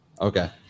Okay